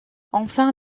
enfin